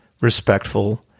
respectful